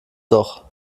doch